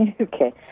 Okay